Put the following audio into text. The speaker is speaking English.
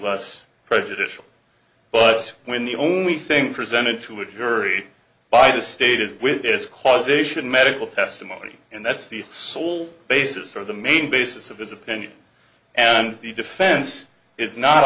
less prejudicial but when the only thing presented to a jury by the state is with its causation medical testimony and that's the sole basis or the main basis of his opinion and the defense is not